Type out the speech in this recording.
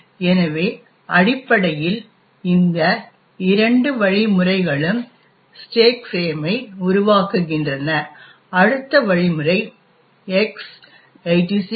எனவே அடிப்படையில் இந்த இரண்டு வழிமுறைகளும் ஸ்டேக் ஃபிரேமை உருவாக்குகின்றன அடுத்த வழிமுறை X86